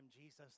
Jesus